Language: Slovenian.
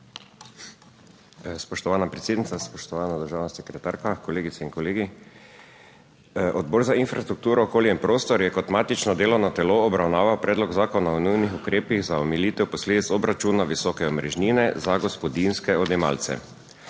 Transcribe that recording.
Spoštovana predsednica, spoštovana državna sekretarka, kolegice in kolegi! Odbor za infrastrukturo, okolje in prostor je kot matično delovno telo obravnaval Predlog zakona o nujnih ukrepih za omilitev posledic obračuna visoke omrežnine za gospodinjske odjemalce.